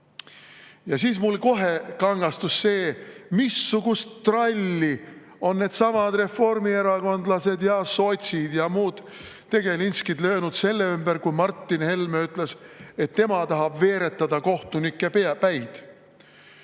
Ja siis mul kohe kangastus see, missugust tralli reformierakondlased ja sotsid ja muud tegelinskid lõid selle ümber, kui Martin Helme ütles, et tema tahab veeretada kohtunike päid.